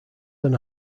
than